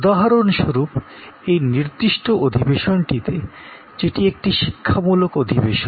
উদাহরণস্বরূপ এই নির্দিষ্ট সেশনটিতে যেটি একটি শিক্ষামূলক সেশন